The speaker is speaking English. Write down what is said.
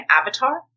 avatar